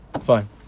Fine